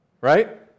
Right